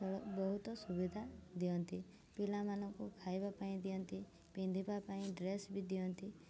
ବହୁତ ସୁବିଧା ଦିଅନ୍ତି ପିଲାମାନଙ୍କୁ ଖାଇବା ପାଇଁ ଦିଅନ୍ତି ପିନ୍ଧିବା ପାଇଁ ଡ୍ରେସ୍ ବି ଦିଅନ୍ତି